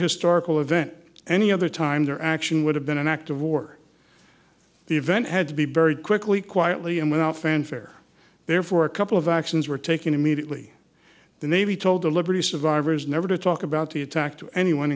historical event any other time their action would have been an act of war the event had to be very quickly quietly and without fanfare therefore a couple of actions were taken immediately the navy told the liberty survivors never to talk about the attack to anyone